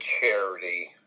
charity